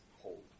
hold